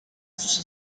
sus